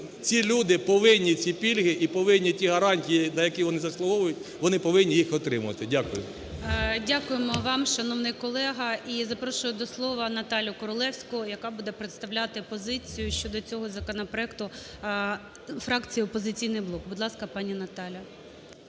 ці люди повинні ці пільги і повинні ті гарантії, на які вони заслуговують, вони повинні їх отримувати. Дякую. ГОЛОВУЮЧИЙ. Дякуємо вам, шановний колего. І запрошую до слова Наталю Королевську, яка буде представляти опозицію щодо цього законопроекту, фракцію "Опозиційний блок". Будь ласка, пані Наталя.